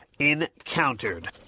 Encountered